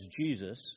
Jesus